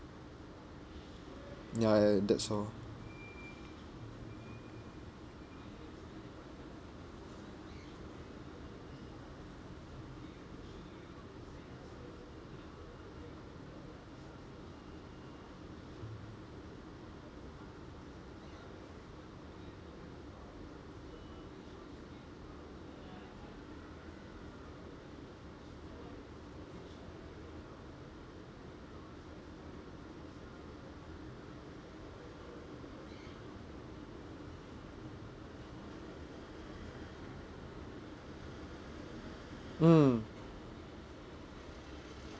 ya ya that's all mm